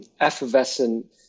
effervescent